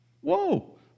Whoa